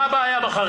מה הבעיה בחריגים?